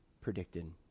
predicted